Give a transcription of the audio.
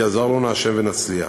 יעזור לנו ה' ונצליח.